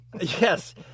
Yes